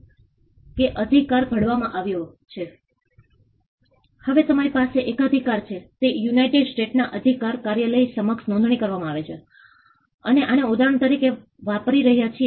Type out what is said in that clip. અમને જે મળ્યું કે 1980 માં તે સંપૂર્ણપણે મીઠી નદી પર એક મેંગ્રોવ વિસ્તાર હતો તે જ રસ્તો છે અને આ ધારાવી વિસ્તાર છે પરંતુ તે ખરેખર એક મેંગ્રોવ વિસ્તાર હતો